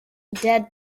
dead